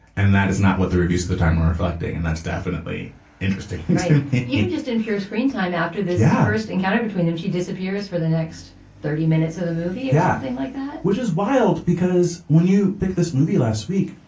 and that is not what the reviews of the time were reflecting. and that's definitely interesting you can just in pure screentime after this yeah atavist encounter between them, she disappears for the next thirty minutes of the movie yeah nothing like that, which is wild because when you pick this movie last week,